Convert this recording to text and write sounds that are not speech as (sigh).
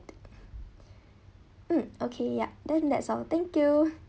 (breath) mm okay yup then that's all thank you